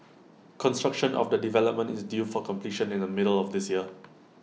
construction of the development is due for completion in the middle of this year